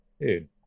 dude